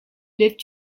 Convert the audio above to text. lived